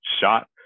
shot